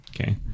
Okay